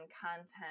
content